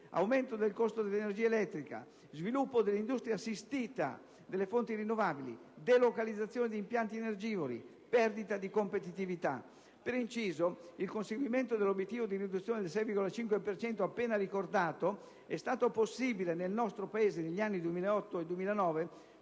aumento del costo dell'energia elettrica, sviluppo dell'industria assistita delle fonti rinnovabili, delocalizzazione di impianti energivori, perdita di competitività. Per inciso, il conseguimento dell'obiettivo di riduzione del 6,5 per cento appena ricordato è stato possibile nel nostro Paese negli anni 2008 e 2009